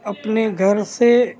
اپنے گھر سے